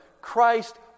Christ